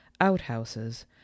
outhouses